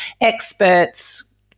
experts